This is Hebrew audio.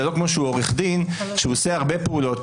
זה לא כמו שהוא עורך דין שהוא עושה הרבה פעולות.